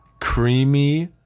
creamy